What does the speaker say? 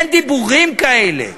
אין דיבורים כאלה.